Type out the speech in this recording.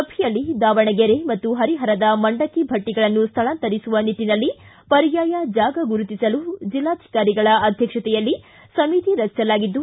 ಸಭೆಯಲ್ಲಿ ದಾವಣಗೆರೆ ಮತ್ತು ಪರಿಪರದ ಮಂಡಕ್ಕಿ ಭಟ್ಟಿಗಳನ್ನು ಸ್ಥಳಾಂತರಿಸುವ ನಿಟ್ಟನಲ್ಲಿ ಪರ್ಯಾಯ ಜಾಗ ಗುರುತಿಸಲು ಜಿಲ್ಲಾಧಿಕಾರಿಗಳ ಅಧ್ಯಕ್ಷತೆಯಲ್ಲಿ ಸಮಿತಿ ರಚಿಸಲಾಗಿದ್ದು